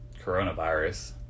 coronavirus